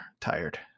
tired